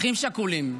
אחים שכולים,